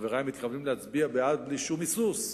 שחברי מתכוונים להצביע בעדו בלי שום היסוס,